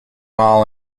all